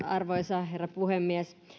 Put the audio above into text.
arvoisa herra puhemies